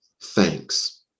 thanks